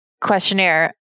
questionnaire